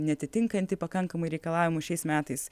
neatitinkantį pakankamai reikalavimų šiais metais